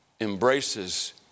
embraces